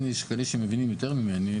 יש כאלה שמבינים יותר ממני,